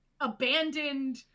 abandoned